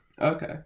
Okay